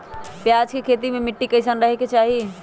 प्याज के खेती मे मिट्टी कैसन रहे के चाही?